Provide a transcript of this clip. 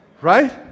right